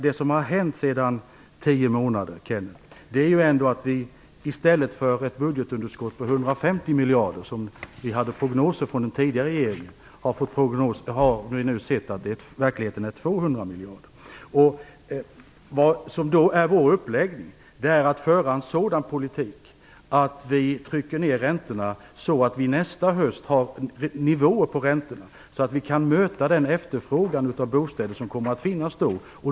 Det som har hänt på tio månader, Kenneth Kvist, är att vi istället för prognoser från den tidigare regeringen om ett budgetunderskott på 150 miljarder har sett att underskottet i verkligheten är 200 miljarder. Vår uppläggning är då att föra en sådan politik att vi trycker ned räntorna så att de nästa höst ligger på nivåer som gör det möjligt att möta den efterfrågan av bostäder som kommer att finnas.